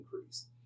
increase